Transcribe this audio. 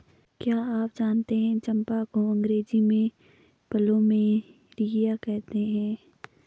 क्या आप जानते है चम्पा को अंग्रेजी में प्लूमेरिया कहते हैं?